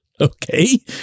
Okay